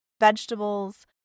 vegetables